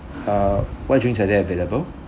uh what drinks are there available